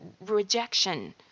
rejection